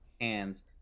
hands